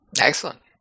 Excellent